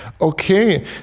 Okay